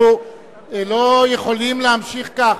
אנחנו לא יכולים להמשיך כך.